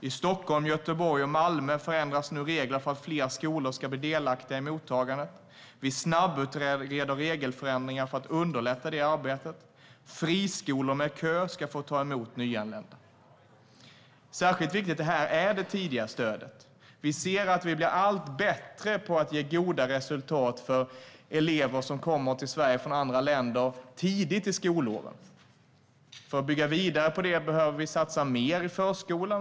I Stockholm, Göteborg och Malmö förändras nu reglerna för att fler skolor ska bli delaktiga i mottagandet. Vi snabbutreder regelförenklingar för att underlätta det arbetet. Friskolor med kö ska få ta emot nyanlända. Särskilt viktigt är det tidiga stödet. Vi ser att vi blir allt bättre på att ge goda resultat för elever som kommer till Sverige från andra länder tidigt i skolåren. För att bygga vidare på det behöver vi satsa mer i förskolan.